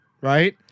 right